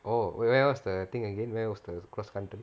oh wait where was the thing again where was the cross country